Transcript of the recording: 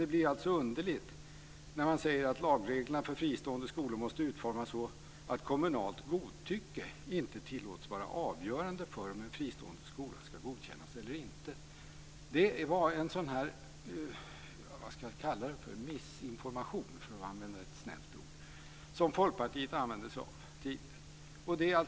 Det blir alltså underligt när man säger att lagreglerna för fristående skolor måste utformas så att kommunalt godtycke inte tillåts vara avgörande för om en fristående skola ska godkännas eller inte. Det är en missinformation, för att använda ett snällt ord, som Folkpartiet tidigare använde sig av.